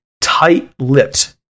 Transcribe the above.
tight-lipped